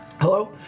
Hello